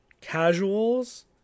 casuals